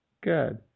Good